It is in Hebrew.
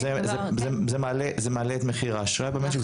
זה מעלה את מחיר האשראי במשק,